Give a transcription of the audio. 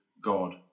God